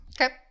Okay